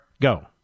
go